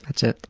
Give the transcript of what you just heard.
to